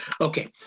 Okay